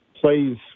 plays